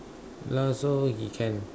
ya so he can